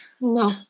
No